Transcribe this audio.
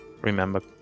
remember